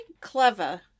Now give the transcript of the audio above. clever